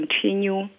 continue